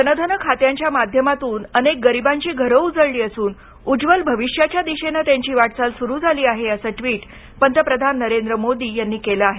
जन धन खात्यांच्या माध्यमातून अनेक गरीबांची घरं उजळली असून उज्ज्वल भविष्याच्या दिशेनं त्यांची वाटचाल सुरु झाली आहे असं ट्विट पंतप्रधान नरेंद्र मोदी यांनी केलं आहे